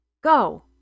Go